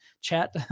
chat